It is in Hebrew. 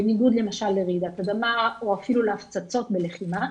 בניגוד למשל לרעידת אדמה או אפילו להפצצות בלחימה,